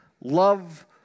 love